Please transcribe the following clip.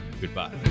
goodbye